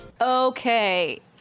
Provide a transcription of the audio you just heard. Okay